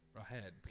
ahead